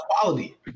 quality